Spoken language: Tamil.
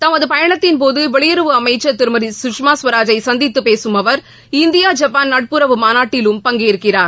தமது பயணத்தின்போது வெளியுறவு அமைச்சர் திருமதி சுஷ்மா சுவராஜை சந்தித்து பேசும் அவர் இந்தியா ஜப்பான் நட்புறவு மாநாட்டிலும் பங்கேற்கிறார்